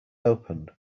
opened